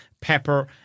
Pepper